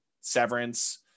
Severance